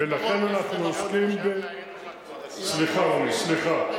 לכן, אנחנו עוסקים, רוני, סליחה.